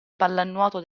pallanuoto